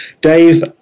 Dave